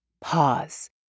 pause